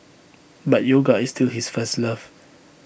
but yoga is still his first love